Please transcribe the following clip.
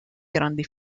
grandi